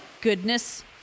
goodness